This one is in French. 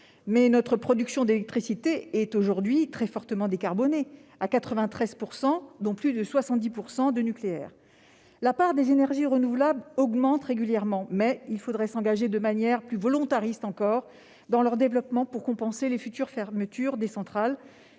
dit, notre production d'électricité est aujourd'hui fortement décarbonée, à 93 %, dont plus de 70 % de nucléaire. La part des énergies renouvelables dans notre production augmente régulièrement, mais il faudrait s'engager de manière plus volontariste encore dans leur développement pour compenser les futures fermetures de centrales,